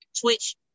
Twitch